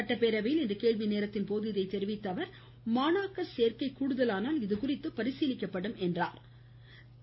சட்டப்பேரவையில் இன்று கேள்வி நேரத்தின்போது இதனை தெரிவித்த மாணாக்கர் சேர்க்கை கூடுதலானால் இதுகுறித்து அரசு பரிசீலிக்கும் அவர் என்றார்